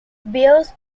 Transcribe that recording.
bears